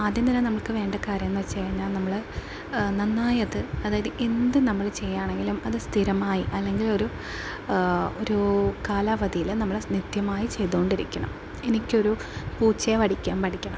ആദ്യം തന്നെ നമുക്ക് വേണ്ട കാര്യമെന്ന് വച്ച് കഴിഞ്ഞാൽ നമ്മള് നന്നായത് അതായത് എന്ത് നമ്മള് ചെയ്യുകയാണെങ്കിലും അത് സ്ഥിരമായി അല്ലങ്കിലൊരു ഒര് കാലാവധിയില് നമ്മള് നിത്യമായി ചെയ്തുകൊണ്ടിരിക്കണം എനിക്കൊരു പൂച്ചയെ വരയ്ക്കാൻ പഠിക്കണം